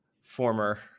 former